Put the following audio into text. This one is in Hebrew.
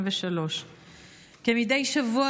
23. כמדי שבוע,